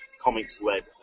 comics-led